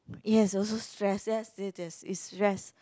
yes also stress yes yes yes is stress